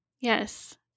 Yes